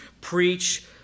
preach